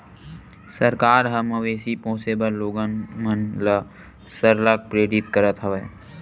सरकार ह मवेशी पोसे बर लोगन मन ल सरलग प्रेरित करत हवय